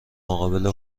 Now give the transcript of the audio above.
مقابل